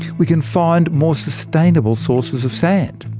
we can find more sustainable sources of sand.